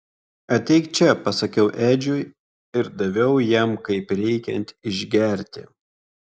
ateik čia pasakiau edžiui ir daviau jam kaip reikiant išgerti